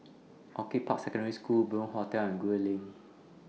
Orchid Park Secondary School Bunc Hostel and Gul Lane